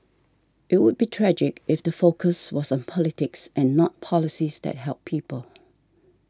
it would be tragic if the focus was on politics and not policies that help people